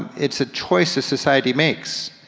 it's a choice the society makes.